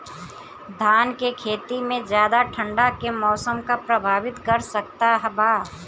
धान के खेती में ज्यादा ठंडा के मौसम का प्रभावित कर सकता बा?